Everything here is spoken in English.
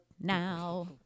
Now